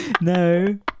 No